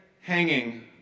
hanging